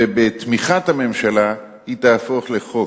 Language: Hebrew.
ובתמיכת הממשלה היא תהפוך לחוק,